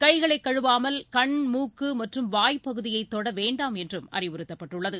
கைகளை கழுவாமல் கண் மூக்கு மற்றும் வாய் பகுதியை தொட வேண்டாம் என்றும் அறிவுறுத்தப்பட்டுள்ளது